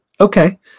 Okay